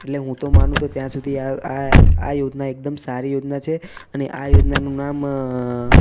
એટલે હું તો માનું તો ત્યાં સુધી આ આ આ યોજના એકદમ સારી યોજના છે અને આ યોજનાનું નામ